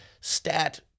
stat